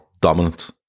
dominant